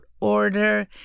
order